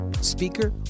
speaker